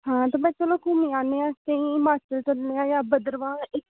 हां ते बस चलो घुम्मी आनेआं इत्थै ही हिमाचल च जन्ने जां भद्रवाह्